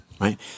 right